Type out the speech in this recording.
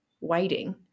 waiting